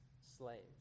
slaves